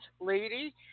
lady